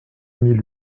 mille